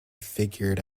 figured